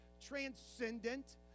transcendent